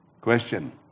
Question